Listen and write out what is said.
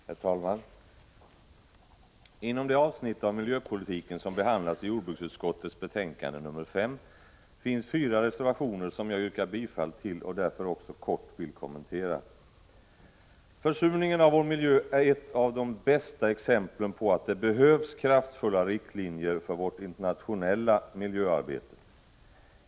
Herr talman! Inom det avsnitt av miljöpolitiken som behandlas i jordbruksutskottets betänkande nr 5 finns fyra reservationer som jag yrkar bifall till och därför också kort vill kommentera. Försurningen av vår miljö är ett av de bästa exemplen på att det behövs kraftfulla riktlinjer för vårt internationella miljöarbete.